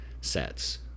sets